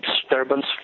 disturbance